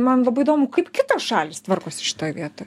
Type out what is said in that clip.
man labai įdomu kaip kitos šalys tvarkosi šitoj vietoj